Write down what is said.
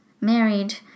married